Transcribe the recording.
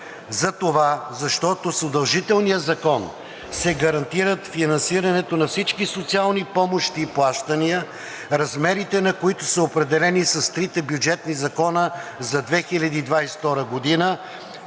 кабинет, защото с удължителния закон се гарантират финансирането на всички социални помощи и плащания, размерите на които са определени с трите бюджетни закона за 2022 г.,